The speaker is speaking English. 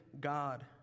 God